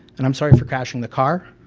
and i'm sorry for crashing the car.